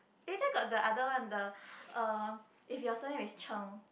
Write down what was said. eh then got the other one the um if your surname is Cheng